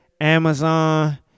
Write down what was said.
Amazon